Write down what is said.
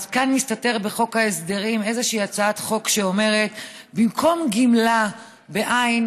אז כאן מסתתרת בחוק ההסדרים איזושהי הצעת חוק שאומרת במקום גמלה בעין,